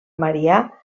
marià